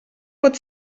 pot